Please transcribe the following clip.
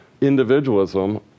individualism